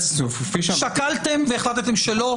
שקלתם והחלטתם שלא?